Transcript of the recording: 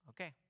Okay